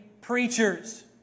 preachers